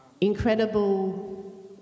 Incredible